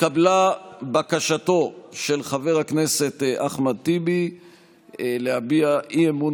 התקבלה בקשתו של חבר הכנסת אחמד טיבי להביע אי-אמון